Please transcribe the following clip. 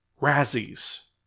Razzie's